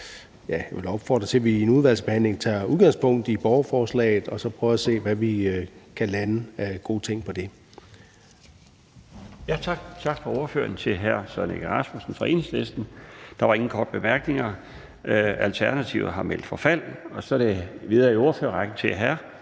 Jeg vil opfordre til, at vi i en udvalgsbehandling tager udgangspunkt i borgerforslaget og så prøver at se, hvad vi kan lande af gode ting på det. Kl. 19:11 Den fg. formand (Bjarne Laustsen): Tak for ordførertalen til hr. Søren Egge Rasmussen fra Enhedslisten. Der var ingen korte bemærkninger. Alternativet har meldt forfald, og så går vi videre i ordførerrækken til hr.